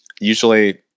Usually